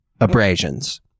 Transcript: abrasions